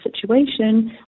situation